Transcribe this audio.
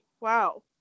Wow